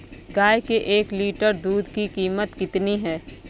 गाय के एक लीटर दूध की कीमत कितनी है?